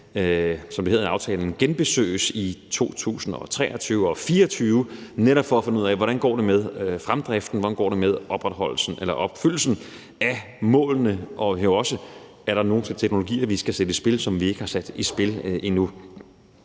som det hedder i aftalen, genbesøges i 2023 og 2024 netop for at finde ud af, hvordan det går med fremdriften, hvordan det går med opfyldelsen af målene, og også, om der er nogen teknologier, vi skal sætte i spil, som vi ikke har sat i spil endnu.